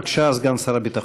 בבקשה, סגן שר הביטחון.